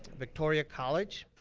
victoria college,